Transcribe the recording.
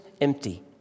empty